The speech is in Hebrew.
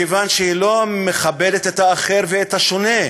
מכיוון שהיא לא מכבדת את האחר ואת השונה,